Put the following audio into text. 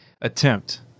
attempt